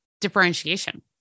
differentiation